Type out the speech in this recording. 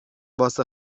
واسه